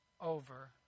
over